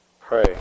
Pray